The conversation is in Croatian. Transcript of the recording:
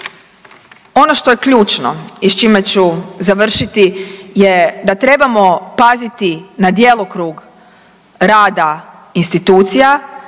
ono što je ključno i s čime ću završiti je da trebamo paziti na djelokrug rada institucija